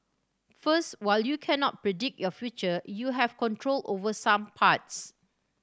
first while you cannot predict your future you have control over some parts